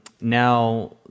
Now